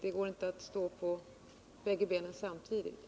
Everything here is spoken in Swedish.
Det går inte att få bägge delarna samtidigt.